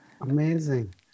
amazing